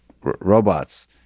robots